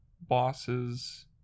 bosses